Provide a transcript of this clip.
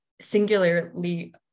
singularly